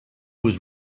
was